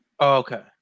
okay